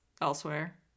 elsewhere